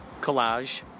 collage